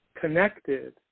connected